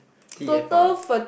T_R_F